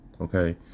okay